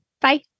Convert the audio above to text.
Bye